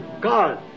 God